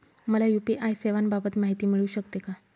मला यू.पी.आय सेवांबाबत माहिती मिळू शकते का?